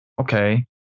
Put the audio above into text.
okay